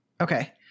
okay